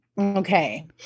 Okay